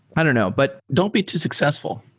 i don't know. but don't be too successful,